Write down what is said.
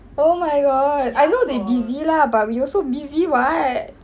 oh my god I know they busy lah but we also busy [what]